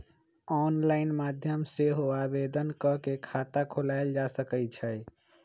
online माध्यम से सेहो आवेदन कऽ के खता खोलायल जा सकइ छइ